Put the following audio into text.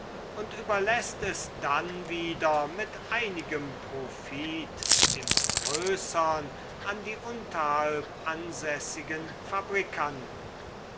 und überläßt es dann wieder mit einigem profit im größern an die unterhalb ansässigen fabrikanten